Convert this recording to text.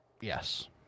Yes